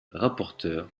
rapporteure